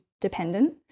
dependent